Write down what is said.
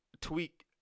tweak